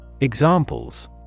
Examples